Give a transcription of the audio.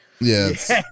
yes